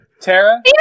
Tara